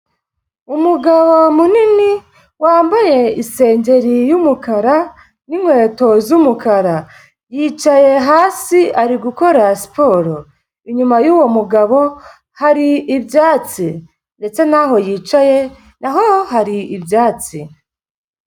Umugabo munini wambaye isengeri y'umukara n'inkweto z'umukara, yicaye hasi ari gukora siporo, inyuma y'uwo mugabo hari ibyatsi, ndetse n'aho yicaye hari ibyatsi.